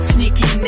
Sneaky